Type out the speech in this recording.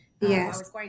Yes